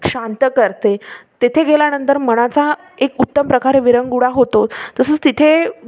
शांत करते तेथे गेल्यानंतर मनाचा एक उत्तम प्रकारे विरंगुळा होतो तसंच तिथे